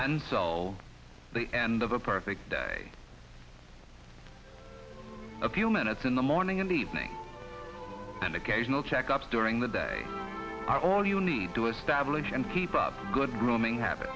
and sell the end of a perfect day a few minutes in the morning and evening and occasional check ups during the day are all you need to establish and keep up good grooming habit